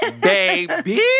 baby